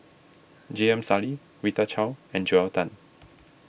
J M Sali Rita Chao and Joel Tan